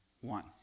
one